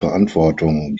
verantwortung